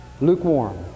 lukewarm